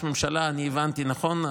אני הבנתי נכון,